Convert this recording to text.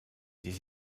des